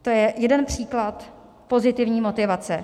To je jeden příklad pozitivní motivace.